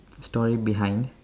story behind